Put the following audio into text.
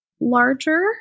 larger